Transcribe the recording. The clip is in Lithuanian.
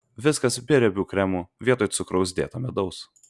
viskas be riebių kremų vietoj cukraus dėta medaus